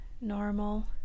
normal